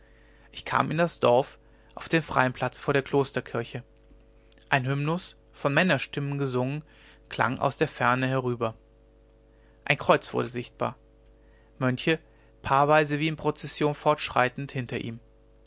ich kam in das dorf auf den freien platz vor der klosterkirche ein hymnus von männerstimmen gesungen klang aus der ferne herüber ein kreuz wurde sichtbar mönche paarweise wie in prozession fortschreitend hinter ihm